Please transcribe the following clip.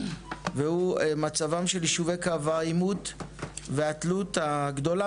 והוא מצבם של יישובי קו העימות והתלות הגדולה